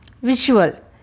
Visual